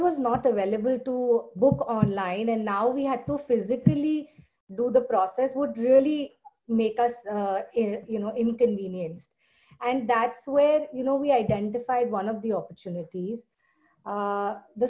was not available to book online and now we had to physically do the process would really make us you know inconvenienced and that's where you know we identified one of